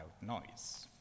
noise